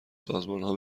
سازمانها